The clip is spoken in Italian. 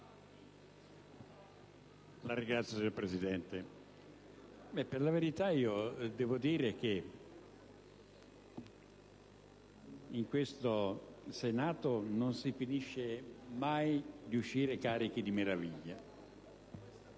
Signor Presidente, devo dire che in questo Senato non si finisce mai di uscire carichi di meraviglia.